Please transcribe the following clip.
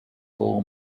full